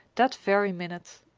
that very minute.